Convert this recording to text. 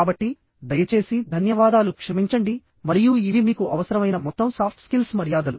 కాబట్టిదయచేసి ధన్యవాదాలు క్షమించండి మరియు ఇవి మీకు అవసరమైన మొత్తం సాఫ్ట్ స్కిల్స్ మర్యాదలు